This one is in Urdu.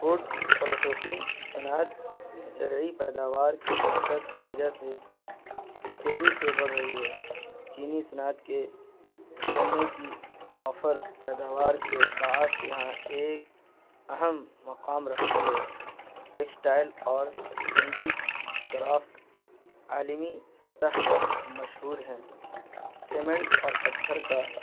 فوڈ پروسیسنگ صنعت زرعی پیداوار کی قسرت کی وجہ سے تیزی سے بڑھ رہی ہے چینی صنعت کے گنے کی وافر پیداوار کے باعض یہاں ایک اہم مقام رختی ہے ٹیکسٹائل اور ہینڈی گافٹ عالمی سطح پر مشہور ہیں سیمنٹ اور پتھر کا